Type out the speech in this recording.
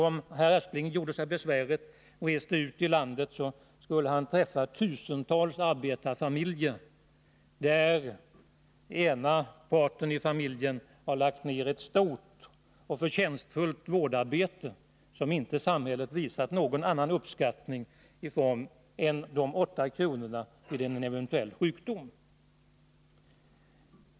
Om herr Aspling gjorde sig besväret att resa ut i landet, skulle han träffa tusentals arbetarfamiljer där ena parten i familjen har utfört ett stort och förtjänstfullt vårdarbete som inte samhället visat någon annan uppskattning än de 8 kr. per dag vid en eventuell sjukdom.